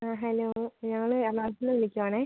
ആ ഹലോ ഞങ്ങൾ എറണാകുളത്തുനിന്ന് വിളിക്കുവാണേ